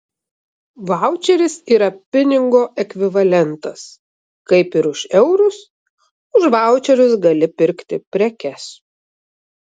vaučeris yra pinigo ekvivalentas kaip ir už eurus už vaučerius gali pirkti prekes